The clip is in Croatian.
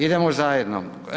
Idemo zajedno.